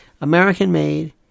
American-made